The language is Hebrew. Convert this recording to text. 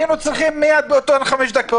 היינו צריכים מיד להגיד,